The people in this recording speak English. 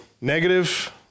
negative